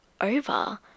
over